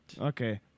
Okay